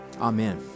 Amen